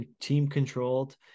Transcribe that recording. team-controlled